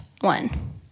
one